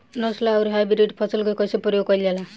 नस्ल आउर हाइब्रिड फसल के कइसे प्रयोग कइल जाला?